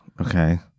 Okay